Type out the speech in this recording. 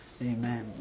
Amen